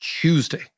Tuesday